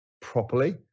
properly